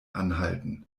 anhalten